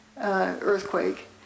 earthquake